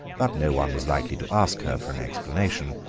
but no one was likely to ask her for an explanation,